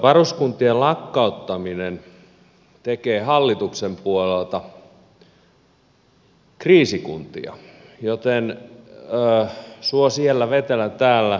varuskuntien lakkauttaminen tekee hallituksen puolelta kriisikuntia joten suo siellä vetelä täällä